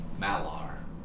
Malar